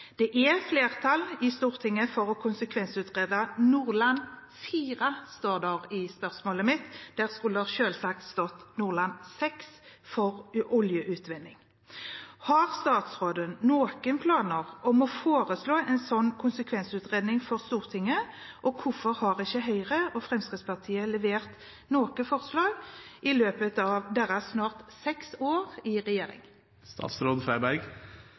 Det er flertall i Stortinget for å konsekvensutrede Nordland IV for oljeutvinning. Har statsråden noen planer om å foreslå en slik konsekvensutredning for Stortinget, og hvorfor har ikke Høyre og Fremskrittspartiet levert noe slikt forslag i løpet av deres snart seks år i regjering?» Det står «Nordland IV» i spørsmålet, der skulle det selvsagt stått «Nordland VI». Jeg kan bekrefte at jeg som statsråd